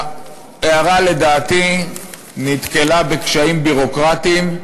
ההערה, לדעתי, נתקלה בקשיים ביורוקרטיים,